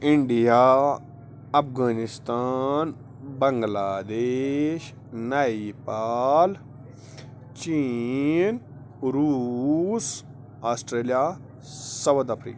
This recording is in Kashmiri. انٛڈیا افغانستان بنٛگلادیش نیپال چیٖن روٗس آسٹریلیا ساوُتھ افریقہ